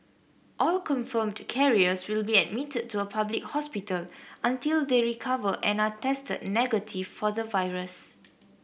all confirmed carriers will be admitted to a public hospital until they recover and are tested negative for the virus